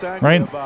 right